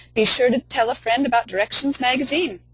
be sure to tell a friend about directions magazine.